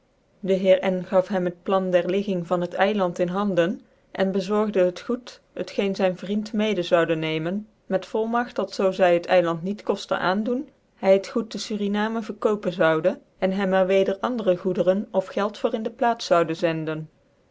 de heer n gaf hem het plan der legging van het eiland in hinden en bezorgde het goed t geen zyn vriend mede zoude nemen met volmagt dat zoo zy het eiland niet koftcn aandoen hy het goed tc sarinamen verkopen zoude en hem er weder andere goederen of geld voor in de plaats zoude zenden